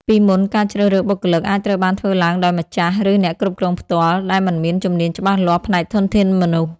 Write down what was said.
ពីមុន ការជ្រើសរើសបុគ្គលិកអាចត្រូវបានធ្វើឡើងដោយម្ចាស់ ឬអ្នកគ្រប់គ្រងផ្ទាល់ ដែលមិនមានជំនាញច្បាស់លាស់ផ្នែកធនធានមនុស្ស។